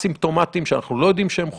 אסימפטומטיים שאנחנו לא יודעים שהם חולים,